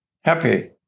happy